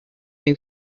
new